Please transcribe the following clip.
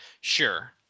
Sure